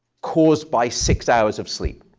caused by six hours of sleep.